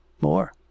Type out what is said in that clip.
More